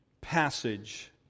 passage